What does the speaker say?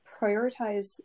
prioritize